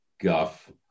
guff